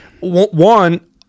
one